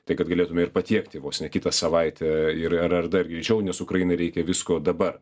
tai kad galėtume ir patiekti vos ne kitą savaitę ir ar ar dar greičiau nes ukrainai reikia visko dabar